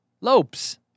Lopes